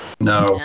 No